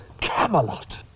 Camelot